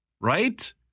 right